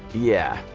yeah,